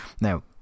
now